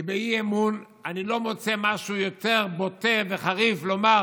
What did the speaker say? כי באי-אמון אני לא מוצא משהו יותר בוטה וחריף לומר.